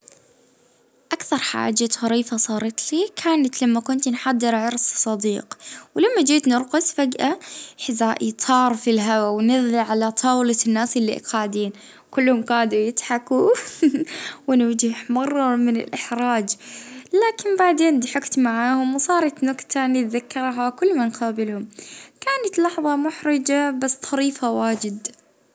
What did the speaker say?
اه مرة كنت اتكلم فيها نتكلم في مكالمة مهمة اه ونسيت المايك مفتوح، بديت نغني بصوت عالي الكل اه ضحكوا عليا وحتى أنا ضحكت على روحي.